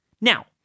Now